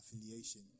affiliation